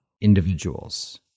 individuals